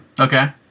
Okay